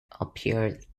appeared